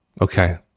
Okay